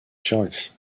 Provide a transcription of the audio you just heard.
choice